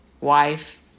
wife